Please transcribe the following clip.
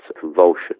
convulsion